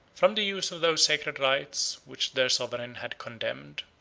from the use of those sacred rites which their sovereign had condemned.